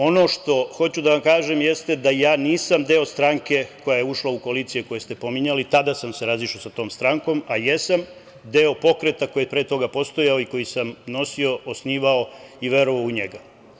Ono što hoću da vam kažem jeste da ja nisam deo stranke koja je ušla u koalicije koje ste pominjali, tada sam se razišao sa tom strankom, a jesam deo pokreta koji je pre toga postojao i koji sam nosio, osnivao i verovao u njega.